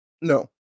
No